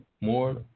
more